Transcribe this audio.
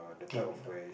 timid ah